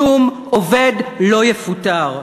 שום עובד לא יפוטר.